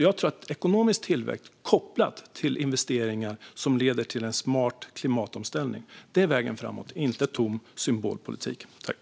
Jag tror att ekonomisk tillväxt kopplad till investeringar som leder till en smart klimatomställning är vägen framåt, inte tom symbolpolitik.